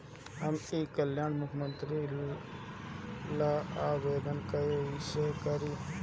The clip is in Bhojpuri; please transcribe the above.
हम ई कल्याण मुख्य्मंत्री योजना ला आवेदन कईसे करी?